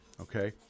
okay